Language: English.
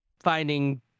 finding